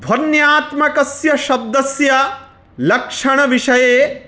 ध्वन्यात्मकस्य शब्दस्य लक्षणविषये